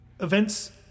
events